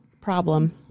problem